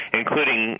including